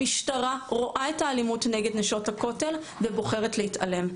המשטרה רואה את האלימות נגד נשות הכותל ובוחרת להתעלם.